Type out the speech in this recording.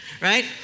Right